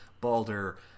Balder